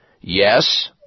Yes